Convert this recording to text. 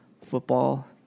football